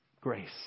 grace